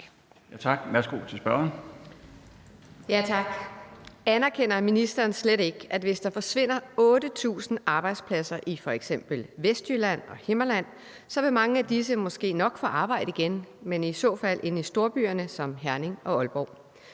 Charlotte Munch (DD): Anerkender ministeren slet ikke, at hvis der forsvinder 8.000 arbejdspladser i f.eks. Vestjylland og Himmerland, vil mange af disse ansatte måske nok få arbejde igen, men i så fald inde i storbyer som Herning og Aalborg.